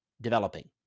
developing